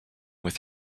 with